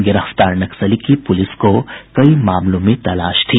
गिरफ्तार नक्सली की पुलिस को कई मामलों में तलाश थी